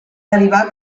derivar